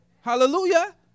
Hallelujah